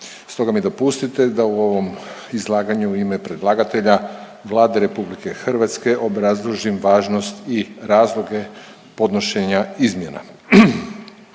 Stoga mi dopustite da u ovom izlaganju u ime predlagatelja Vlade RH obrazložim važnost i razloge podnošenja izmjena.